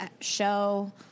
show